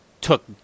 took